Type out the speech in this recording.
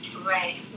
Right